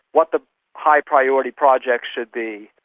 what the high priority projects should be,